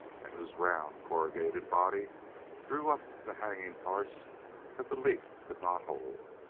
and whose round corrugated body drew up the hanging part that the leaf could not hold.